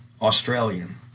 Australian